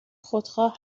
خودخواه